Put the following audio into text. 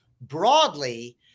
broadly